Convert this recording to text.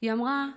היא אמרה: